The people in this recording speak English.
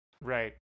Right